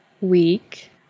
week